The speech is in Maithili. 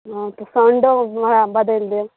हँ तऽ साउण्डो उएह बदलि देब